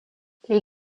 les